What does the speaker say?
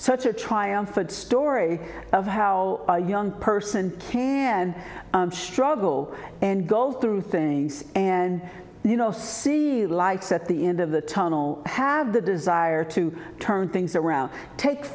such a triumphant story of how a young person can struggle and go through things and you know see the lights at the end of the tunnel have the desire to turn things around take